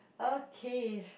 okay